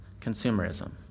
Consumerism